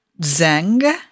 Zeng